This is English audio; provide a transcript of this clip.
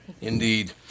Indeed